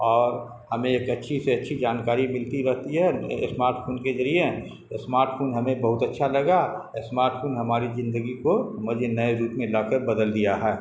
اور ہمیں ایک اچھی سے اچھی جانکاری ملتی رہتی ہے اسمارٹ فون کے ذریعے اسمارٹ فون ہمیں بہت اچھا لگا اسمارٹ فون ہماری زندگی کو مزید نئے روپ میں لا کر بدل دیا ہے